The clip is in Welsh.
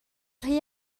rhy